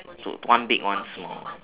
so one big one small one